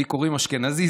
לי קוראים אשכנזי,